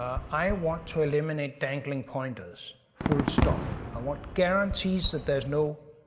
i want to eliminate dangling pointers, full stop. i want guarantees that there's no